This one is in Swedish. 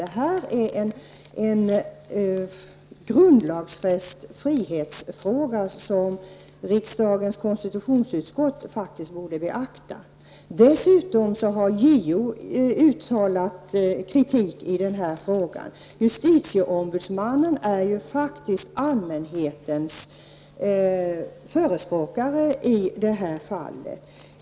Det här är en grundlagsfäst frihetsfråga som riksdagens konstitutionsutskott borde beakta. Dessutom har JO uttalat kritik i den här frågan. Justitieombudsmannen är ju allmänhetens förespråkare i det här fallet.